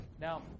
Now